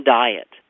diet